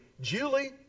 Julie